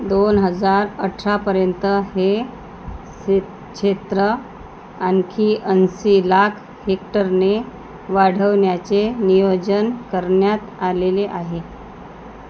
दोन हजार अठरापर्यंत हे क्से क्षेत्र आणखी ऐंशी लाख हेक्टरने वाढवण्याचे नियोजन करण्यात आलेले आहे